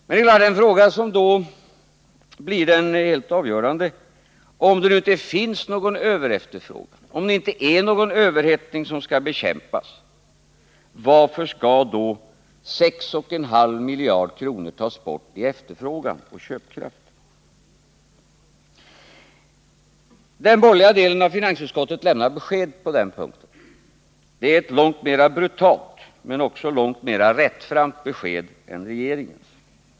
Men då blir följande fråga självfallet helt avgörande: Om det nu inte råder någon överefterfrågan och om det inte finns någon överhettning att bekämpa, varför skall då 6 1/2 miljarder kronor dras in för att minska efterfrågan och köpkraft? Den borgerliga delen av finansutskottet lämnar besked på den punkten. Det är ett långt mera brutalt, men också långt mera rättframt besked än regeringens.